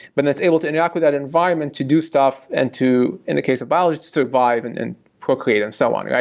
but it's able to interact with that environment to do stuff and to in the case of biology, to survive and and procreate and so on. yeah